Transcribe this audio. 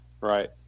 right